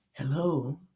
Hello